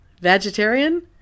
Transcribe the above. vegetarian